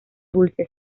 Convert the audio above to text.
dulce